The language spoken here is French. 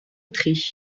tree